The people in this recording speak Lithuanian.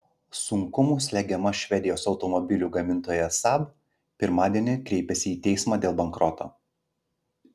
sunkumų slegiama švedijos automobilių gamintoja saab pirmadienį kreipėsi į teismą dėl bankroto